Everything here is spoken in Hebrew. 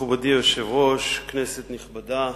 מכובדי היושב-ראש, כנסת נכבדה,